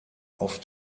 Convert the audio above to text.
auf